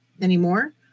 anymore